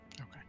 Okay